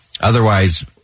Otherwise